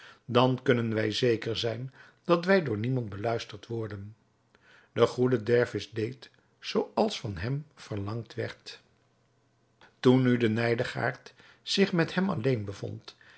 dan kunnen wij zeker zijn dat wij door niemand beluisterd worden de goede dervis deed zoo als van hem verlangd werd toen nu de nijdigaard zich met hem alleen bevond